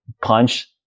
punch